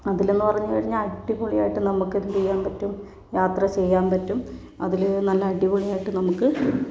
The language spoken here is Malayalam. അതിലെന്നു പറഞ്ഞു കഴിഞ്ഞാൽ അടിപൊളിയായിട്ട് നമുക്ക് എന്തു ചെയ്യാൻ പറ്റും യാത്ര ചെയ്യാൻ പറ്റും അതിൽ നല്ല അടിപൊളിയായിട്ട് നമുക്ക്